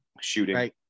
shooting